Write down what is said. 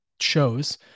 shows